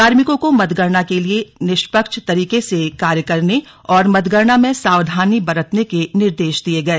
कार्मिकों को मतगणना के दिन निष्पक्ष तरीके से कार्य करने और मतगणना में सावधानी बरतने के निर्देश दिये गए